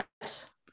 Yes